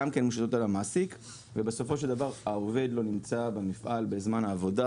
גם הן מושתות על המעסיק ובסופו של דבר העובד לא נמצא במפעל בזמן העבודה,